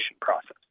process